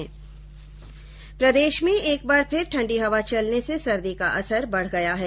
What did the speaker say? प्रदेश में एक बार फिर ठंडी हवा चलने से सर्दी का असर बढ़ गया है